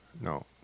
No